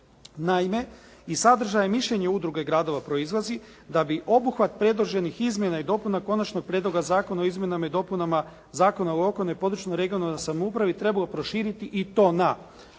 Naime iz sadržaja mišljenja Udruge gradova proizlazi da bi obuhvat predloženih izmjena i dopuna Konačnog prijedloga zakona o izmjenama i dopunama Zakona o lokalnoj i područnoj regionalnoj samoupravi trebalo proširiti i to na: odredbu